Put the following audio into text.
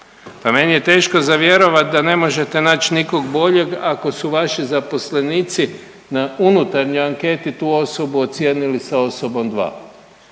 Pa meni je teško za vjerovati da ne možete naći nikog boljeg ako su vaši zaposlenici na unutarnjoj anketi tu osobu ocijenili sa osobom dva.